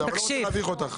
אבל אני לא רוצה להביך אותך.